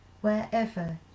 wherever